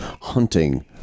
hunting